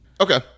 Okay